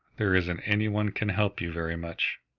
there isn't any one can help you very much.